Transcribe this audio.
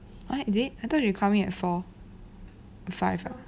!huh! eh I thought they coming at four at five ah